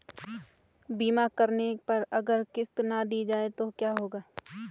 बीमा करने पर अगर किश्त ना दी जाये तो क्या होगा?